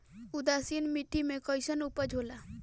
उदासीन मिट्टी में कईसन उपज होला?